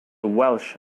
welsh